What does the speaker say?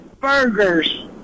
Burgers